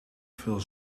veel